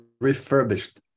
refurbished